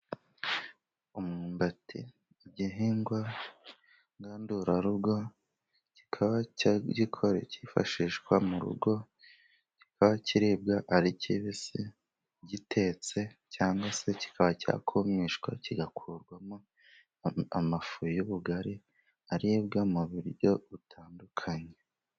Umwumbati ni igihingwa ngandurarugo, kikaba cyifashishwa mu rugo . Kikaba kiribwa ari kibisi, gitetse cyangwa se kikaba cyakumishwa , kigakurwamo amafu y'ubugari aribwa mu buryo butandukanye.